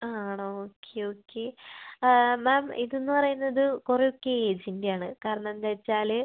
ആണോ okay okay ma'am ഇതെന്ന് പറയുന്നത് കുറെ കേസിൻ്റെ ആണ് കാരണം എന്താ വെച്ചാൽ